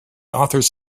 authors